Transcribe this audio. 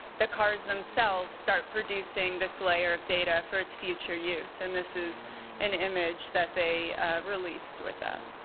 the cars themselves start producing this layer of data for its future use. and this is an image that they released with that.